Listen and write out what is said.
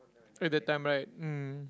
eh that time right mm